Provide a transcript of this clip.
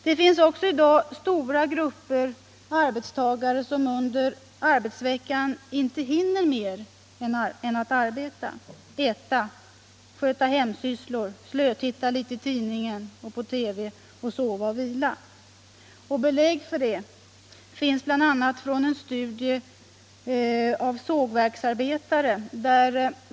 Det finns också i dag stora grupper arbetstagare som under arbetsveckan inte hinner mer än att arbeta, äta, sköta hemsysslor, slötitta litet i tidningen och på TV samt att sova och vila. Belägg för detta finns bl.a. från en studie av sågverksarbetarnas förhållanden.